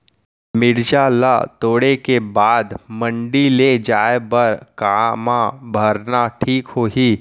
मिरचा ला तोड़े के बाद मंडी ले जाए बर का मा भरना ठीक होही?